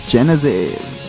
Genesis